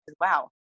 wow